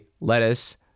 lettuce